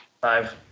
Five